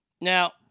Now